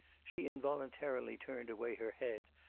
she involuntarily turned away her head,